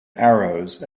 arrows